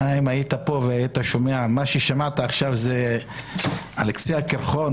אם היית פה והיית שומע מה ששמעת עכשיו זה קצה הקרחון,